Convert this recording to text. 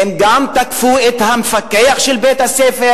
הם גם תקפו את המפקח של בית-הספר,